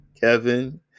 Kevin